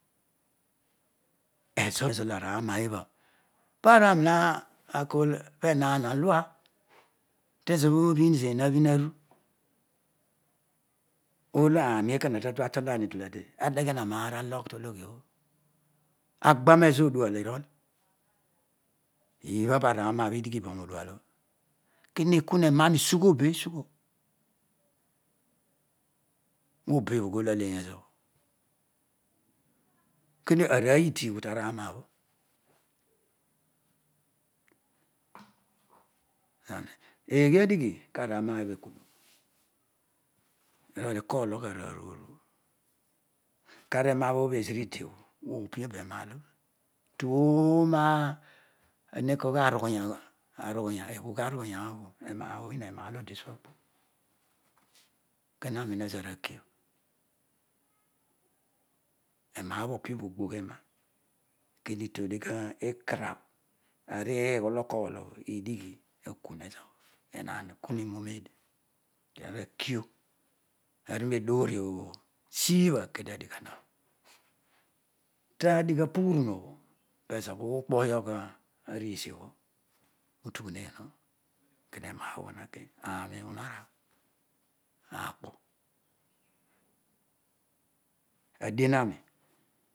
Ezo izalana ibha pabha aani nakool po enaan alua tezobho abhin zena abhin aru olo aarol ekona tatu atolani delede adeghena naar alogh tologhio bho agbanezo odual irol ibho parana bho idighi bo nodual obho kine kun enan esugh be isugho mobo ebhug olo alegh ezobho kedio arooy idighu tara nabho ananini eghe adighi kara ana obho ekiin? Irol ikui aruru karaena obho bho ezi udio bho too na edinekoo igha narughuya ebugh arughu ya obho onyi enado diuo kana ni ezo olo aruaken ena obho pobogbo ena kedio itohigh ikana anigho olo ukoorloghadio idighi kakun ezobho kenaan akunughin oroeedi kara kuo arunegboromo bha sibha kedio adigha ma tadigh na kurumuobho pezo bho ukpoyogh ariisiobho otughu neen obho kedio ema obho bho na nana adiena mi